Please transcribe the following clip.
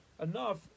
enough